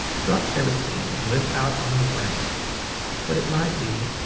drop everything and live out on the ground but it might be,